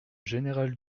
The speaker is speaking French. général